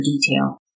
detail